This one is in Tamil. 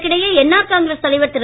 இதற்கிடையே என்ஆர் காங்கிரஸ் தலைவர் திரு